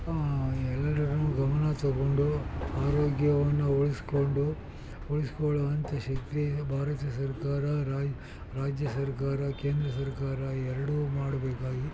ಎಲ್ಲರೂ ಗಮನ ತಗೊಂಡು ಆರೋಗ್ಯವನ್ನು ಉಳಿಸಿಕೊಂಡು ಉಳಿಸಿಕೊಳ್ಳುವಂಥ ಶಕ್ತಿ ಭಾರತ ಸರ್ಕಾರ ರಾಜ್ಯ ಸರ್ಕಾರ ಕೇಂದ್ರ ಸರ್ಕಾರ ಎರಡೂ ಮಾಡಬೇಕಾಗಿ